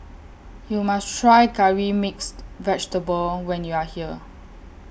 YOU must Try Curry Mixed Vegetable when YOU Are here